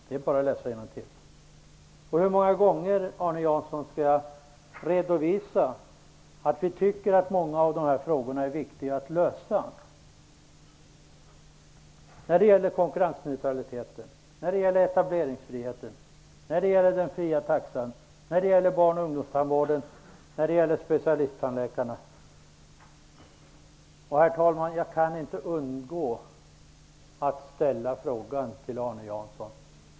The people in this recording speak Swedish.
Det är ett bra tillfälle. Ta den chansen, Arne Jansson!